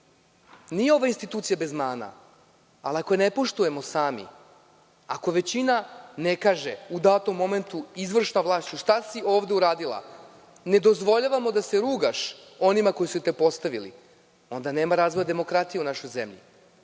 Nije ova institucija bez mana, ali ako je ne poštujemo sami, ako većina ne kaže u datom momentu – izvršna vlasti, šta si ovde uradila, ne dozvoljavamo da se rugaš onima koji su te postavili, onda nema razvoja demokratije u našoj zemlji.